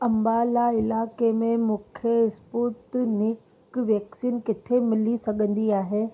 अम्बाला इलाइक़े में मूंखे स्पुतनिक वैक्सीन किथे मिली सघंदी आहे